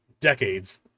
decades